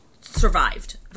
survived